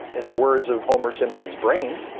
in the words of homer simpson's brain,